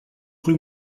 rue